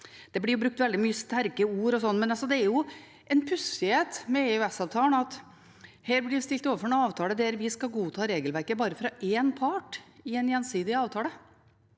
det blir brukt veldig mange sterke ord i denne debatten, men det er en pussighet ved EØS-avtalen at vi blir stilt overfor en avtale der vi skal godta regelverket bare fra én part i en gjensidig avtale.